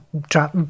drop